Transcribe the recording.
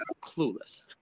clueless